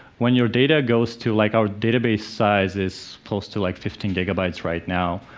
when your data goes to, like our database size is close to like fifteen gigabytes right now,